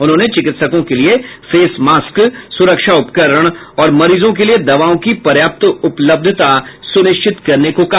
उन्होंने चिकित्सिकों के लिए फेस मास्क सुरक्षा उपकरण और मरीजों के लिए दवाओं की पर्याप्त उपलब्धता सुनिश्चित करने को कहा